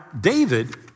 David